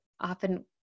often